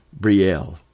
brielle